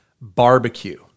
Barbecue